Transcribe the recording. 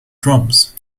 drums